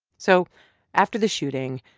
so after the shooting,